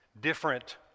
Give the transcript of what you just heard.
different